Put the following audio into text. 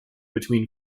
between